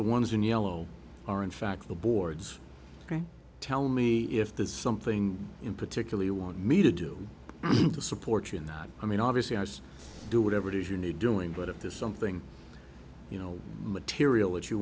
the ones in yellow are in fact the boards tell me if there's something in particular you want me to do to support you in that i mean obviously i just do whatever it is you need doing but if there's something you know material that you